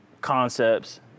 concepts